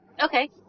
okay